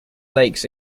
lakes